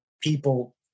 people